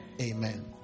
Amen